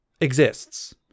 exists